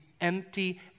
empty